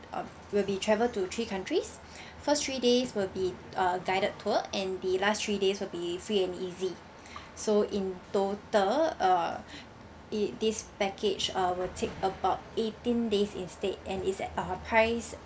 mm will be travel to three countries first three days will be a guided tour and the last three days will be free and easy so in total uh it this package uh will take about eighteen days instead and is at a uh price